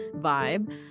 vibe